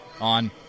on